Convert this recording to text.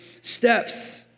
steps